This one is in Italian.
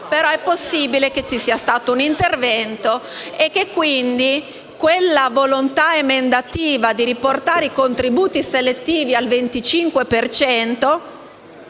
ma è possibile che vi sia stato un intervento) la volontà emendativa di portare i contributi selettivi al 25